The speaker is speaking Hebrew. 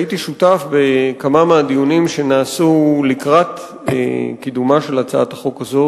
הייתי שותף בכמה מהדיונים שנעשו לקראת קידומה של הצעת החוק הזו,